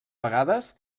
vegades